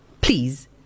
Please